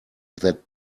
that